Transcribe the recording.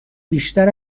بیشتر